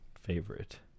favorite